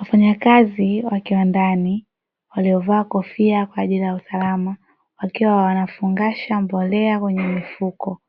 Wafanyakazi wa kiwandani waliovaa kofia kwa ajili ya usalama wakiwa wanafungasha mbolea kwenye mifuko,